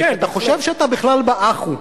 אתה חושב שאתה בכלל באחו.